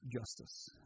Justice